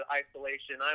isolation